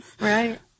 Right